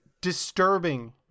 disturbing